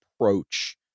approach